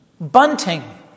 bunting